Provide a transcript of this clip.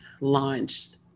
launched